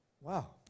Wow